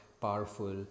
powerful